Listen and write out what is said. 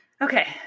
Okay